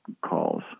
calls